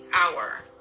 hour